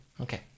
Okay